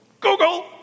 Google